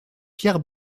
pierre